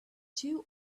two